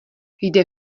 jde